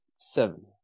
Seven